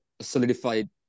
solidified